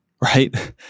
right